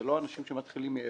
לא מדובר באנשים שמתחילים מאפס,